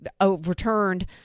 overturned